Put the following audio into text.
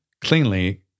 cleanly